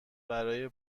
برای